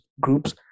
groups